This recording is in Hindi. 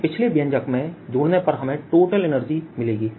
यह पिछले व्यंजक में जोड़ने पर हमें टोटल एनर्जी मिलेगी